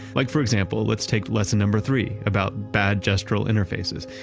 like for example, let's take lesson number three about bad gestural interfaces.